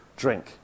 drink